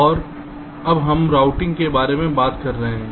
और अब हम रूटिंग के बारे में बात कर रहे हैं